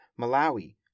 Malawi